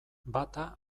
bata